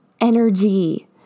energy